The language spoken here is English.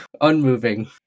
unmoving